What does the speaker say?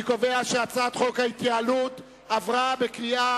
אני קובע שהצעת חוק ההתייעלות עברה בקריאה